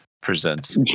presents